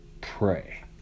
pray